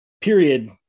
period